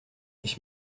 ich